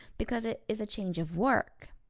because it is a change of work.